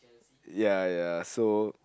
ya ya so